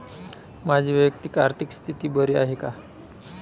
माझी वैयक्तिक आर्थिक स्थिती बरी आहे का?